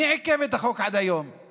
מי עיכב עד היום את החוק,